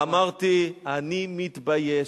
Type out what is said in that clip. אמרתי: אני מתבייש.